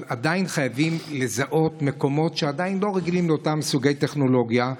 אבל עדיין חייבים לזהות מקומות שעדיין לא רגילים לאותם סוגי טכנולוגיה.